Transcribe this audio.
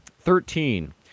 Thirteen